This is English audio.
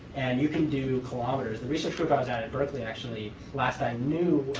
and you can do kilometers. the research group i was at and berkeley actually, last i knew,